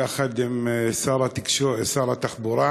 יחד עם שר התחבורה,